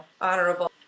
honorable